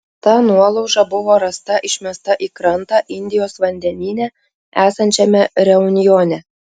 ta nuolauža buvo rasta išmesta į krantą indijos vandenyne esančiame reunjone